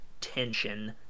tension